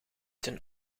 ten